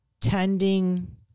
tending